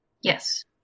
Yes